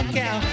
cow